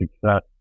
success